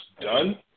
done